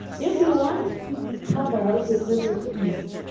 if he wants to discover what your purpose ease